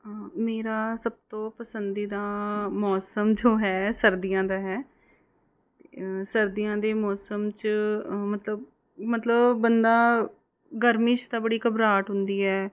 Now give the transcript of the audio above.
ਮੇਰਾ ਸਭ ਤੋਂ ਪਸੰਦੀਦਾ ਮੌਸਮ ਜੋ ਹੈ ਸਰਦੀਆਂ ਦਾ ਹੈ ਸਰਦੀਆਂ ਦੇ ਮੌਸਮ 'ਚ ਮਤਲਬ ਮਤਲਬ ਬੰਦਾ ਗਰਮੀ 'ਚ ਤਾਂ ਬੜੀ ਘਬਰਾਹਟ ਹੁੰਦੀ ਹੈ